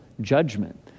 judgment